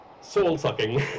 soul-sucking